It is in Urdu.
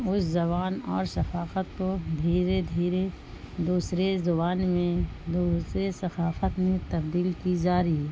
اس زبان اور ثقافت کو دھیرے دھیرے دوسرے زبان میں دوسرے ثقافت میں تبدیل کی جا رہی ہے